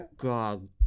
God